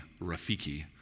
rafiki